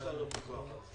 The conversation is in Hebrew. יש לנו פיקוח על זה.